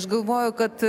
aš galvoju kad